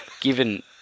given